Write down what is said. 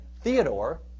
Theodore